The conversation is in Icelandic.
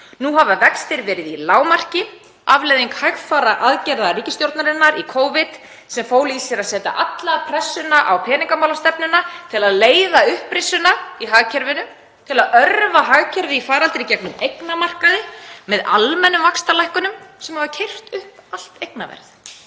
Nú hafa vextir verið í lágmarki, afleiðing hægfara aðgerða ríkisstjórnarinnar í Covid, sem fól í sér að setja alla pressuna á peningamálastefnuna til að leiða upprisuna í hagkerfinu til að örva hagkerfið í faraldri í gegnum eignamarkaði með almennum vaxtalækkunum sem hafa keyrt upp allt eignaverð,